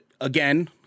again